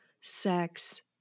sex